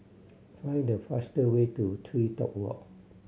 find the faster way to TreeTop Walk